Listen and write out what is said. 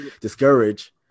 discourage